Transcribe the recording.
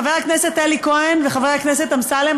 חבר הכנסת אלי כהן וחבר הכנסת אמסלם,